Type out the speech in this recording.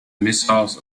missiles